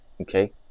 Okay